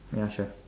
ya sure